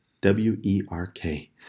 w-e-r-k